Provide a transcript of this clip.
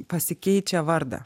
pasikeičia vardą